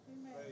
Amen